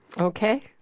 Okay